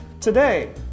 today